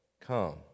come